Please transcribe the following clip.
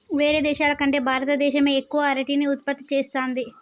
వేరే దేశాల కంటే భారత దేశమే ఎక్కువ అరటిని ఉత్పత్తి చేస్తంది